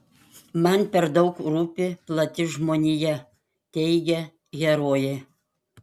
man per daug rūpi plati žmonija teigia herojė